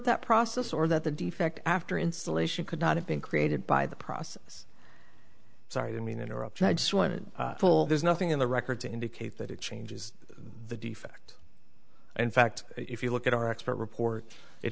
that process or that the defect after installation could not have been created by the process sorry i mean interrupt i just want to pull there's nothing in the record to indicate that it changes the defect in fact if you look at our expert report it